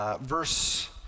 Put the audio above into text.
verse